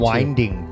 Winding